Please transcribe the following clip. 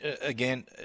Again